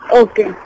okay